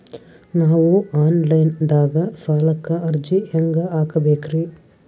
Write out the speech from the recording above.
ನಾವು online ದಾಗ ಸಾಲಕ್ಕ ಅರ್ಜಿ ಹೆಂಗ ಹಾಕಬೇಕ್ರಿ?